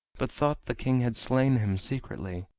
but thought the king had slain him secretly.